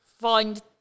find